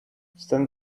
stand